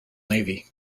navy